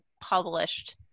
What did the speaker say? published